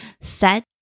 Set